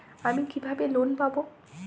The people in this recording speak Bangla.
আমি কিভাবে লোন পাব?